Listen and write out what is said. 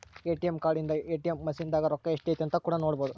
ATM card ಇಂದ ATM machine ದಾಗ ರೊಕ್ಕ ಎಷ್ಟೈತೆ ಅಂತ ಕೂಡ ನೊಡ್ಬೊದು